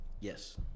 Yes